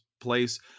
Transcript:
place